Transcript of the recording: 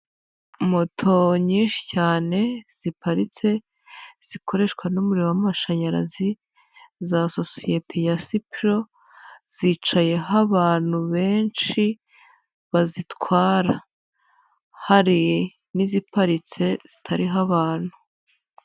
Moto nyinshi cyane ziparitse, zikoreshwa n'umuriro w'amashanyarazi za sosiyete ya Sipiro zicayeho abantu benshi bazitwara, hari n'iziparitse zitariho abantu.